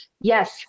yes